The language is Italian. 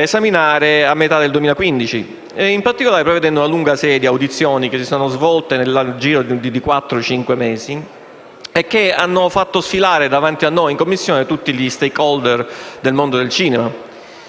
esaminare a metà del 2015, prevedendo una lunga serie di audizioni, che si sono svolte nel giro di quattro-cinque mesi e che hanno fatto sfilare davanti a noi, in Commissione, tutti gli *stakeholder* del mondo del cinema.